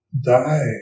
die